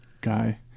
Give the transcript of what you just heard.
guy